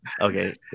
Okay